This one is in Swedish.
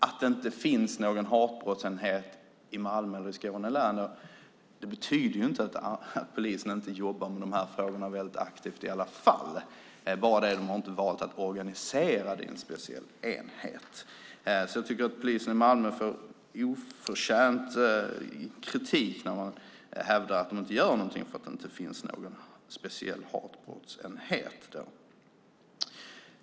Att det inte finns någon hatbrottsmyndighet i Malmö eller i Skåne län betyder inte att polisen inte jobbar med dessa frågor aktivt i alla fall. Man har bara inte valt att organisera det i en speciell enhet. Polisen i Malmö får oförtjänt kritik när det hävdas att man inte gör något bara för att det inte finns någon speciell hatbrottsenhet.